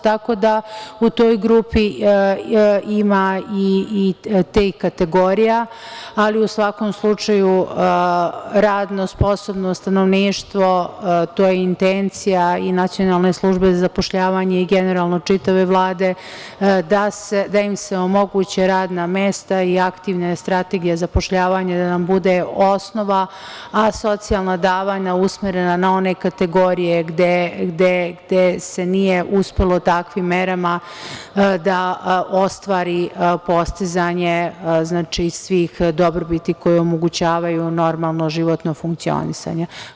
Tako da u toj grupi ima i te kategorija, ali u svakom slučaju radno sposobno stanovništvo, to je intencija i Nacionalne službe za zapošljavanje i generalno čitave Vlade da im se omoguće radna mesta i aktivna strategija zapošljavanja da nam bude osnova, a socijalna davanja usmerena na one kategorije gde se nije uspelo takvim merama da ostvari postizanje svih dobrobiti koje omogućavaju normalno životno funkcionisanje.